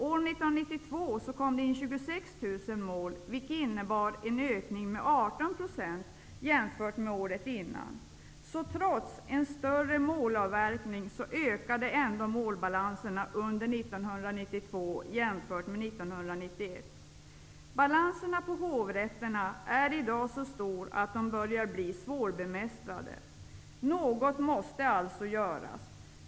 År 1992 kom det in 26 000 mål, vilket innebar en ökning med 18 % jämfört med året innan. Trots en större målavverkning ökade målbalanserna under 1992 jämfört med 1991. Balanserna på hovrätterna är i dag så stora att de börjar bli svårbemästrade. Något måste alltså göras.